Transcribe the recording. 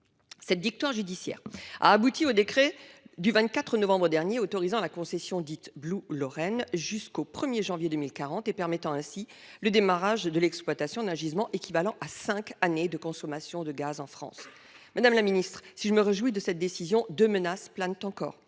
Cette victoire judiciaire a abouti au décret du 20 novembre dernier accordant la concession dite « Bleue Lorraine » jusqu’au 1 janvier 2040 et permettant le démarrage de l’exploitation d’un gisement équivalent à cinq années de consommation de gaz en France. Madame la ministre, si je me réjouis de cette décision, deux menaces planent encore